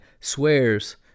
swears